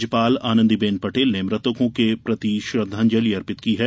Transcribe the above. राज्यपाल आनंदी बेन पटेल ने मृतकों के प्रति श्रद्वांजली अर्पित की है